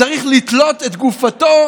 צריך לתלות את גופתו,